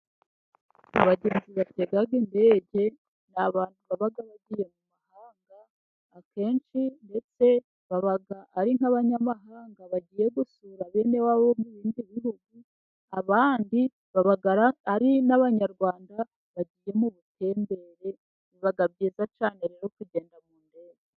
Abagenzi batega indege ni abantu baba bagiye mu mahanga akenshi ndetse baba ari nk'abanyamahanga bagiye gusura bene wabo mu ibindi bihugu, abandi baba ari n'abanyarwanda bagiye mu ubutembere biba byiza rero kugenda mu ndege.